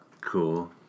Cool